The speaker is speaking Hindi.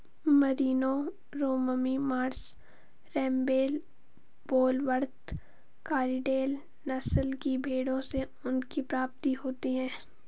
मरीनो, रोममी मार्श, रेम्बेल, पोलवर्थ, कारीडेल नस्ल की भेंड़ों से ऊन की प्राप्ति होती है